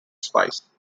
spies